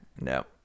No